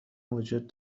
وجود